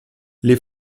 les